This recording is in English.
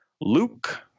Luke